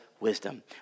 wisdom